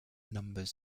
numbers